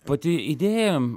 pati idėja